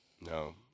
No